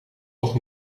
toch